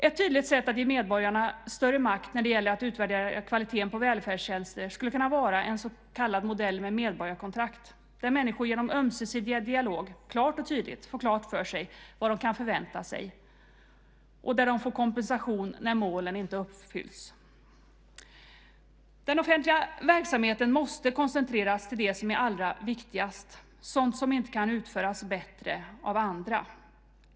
Ett tydligt sätt att ge medborgarna större makt när det gäller att utvärdera kvaliteten på välfärdstjänster skulle kunna vara en modell med så kallad medborgarkontrakt, där människor genom ömsesidig dialog klart och tydligt får klart för sig vad de kan förvänta sig och där de får kompensation när målen inte uppfylls. Den offentliga verksamheten måste koncentreras till det som är allra viktigast, sådant som inte kan utföras bättre av andra.